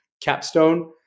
capstone